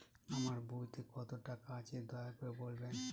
আমার বইতে কত টাকা আছে দয়া করে বলবেন?